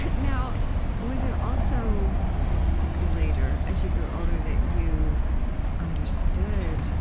and now was it also later, as you grew older, that you understood